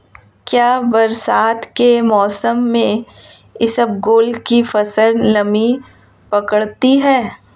क्या बरसात के मौसम में इसबगोल की फसल नमी पकड़ती है?